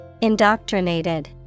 Indoctrinated